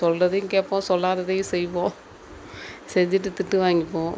சொல்வதையும் கேட்போம் சொல்லாததையும் செய்வோம் செஞ்சுட்டு திட்டு வாங்கிப்போம்